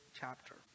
chapter